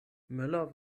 möller